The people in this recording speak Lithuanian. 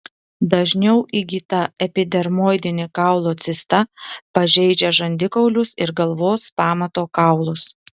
dažniau įgyta epidermoidinė kaulo cista pažeidžia žandikaulius ir galvos pamato kaulus